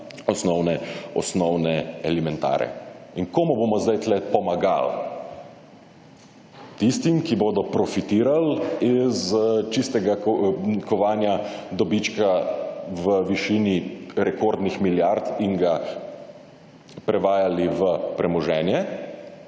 osnovne elementare. In komu bomo zdaj tukaj pomagali? Tistim, ki bodo profitirali iz čistega kovanja dobička v višini rekordnih milijard in ga prevajali v premoženje?